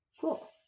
cool